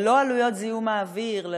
ללא עלויות זיהום האוויר,